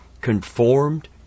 conformed